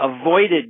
avoided